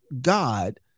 God